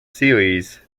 series